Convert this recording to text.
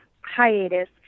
hiatus